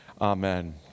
Amen